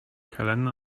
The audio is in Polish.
heleny